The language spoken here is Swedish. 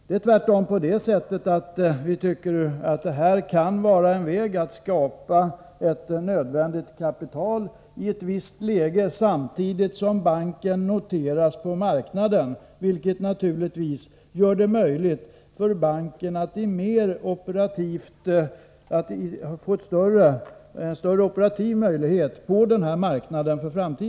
Det är tvärtom på det sättet att vi tycker att detta kan vara en väg att skapa ett nödvändigt kapital i ett visst läge, samtidigt som banken noteras på marknaden, vilket naturligtvis gör det möjligt för banken att i framtiden bli mer operativ på denna marknad.